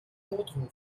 notrufen